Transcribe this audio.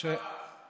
כבר אז.